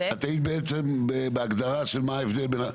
את היית באמצע ההגדרה של ההבדלים,